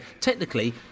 technically